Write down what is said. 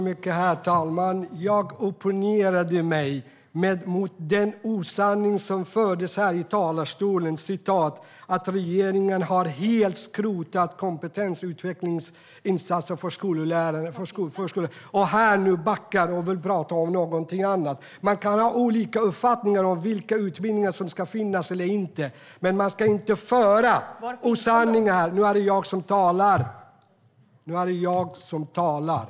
Herr talman! Jag opponerade mig mot den osanning som fördes fram här i talarstolen, nämligen att regeringen helt har skrotat kompetensutvecklingsinsatser för förskollärare. Nu backar Camilla Waltersson Grönvall och vill prata om något annat. Man kan ha olika uppfattningar om vilka utbildningar som ska finnas eller inte, men man ska inte föra fram osanningar. : Var finns de?) Nu är det jag som talar.